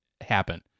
happen